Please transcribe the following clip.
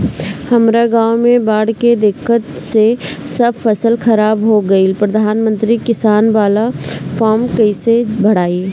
हमरा गांव मे बॉढ़ के दिक्कत से सब फसल खराब हो गईल प्रधानमंत्री किसान बाला फर्म कैसे भड़ाई?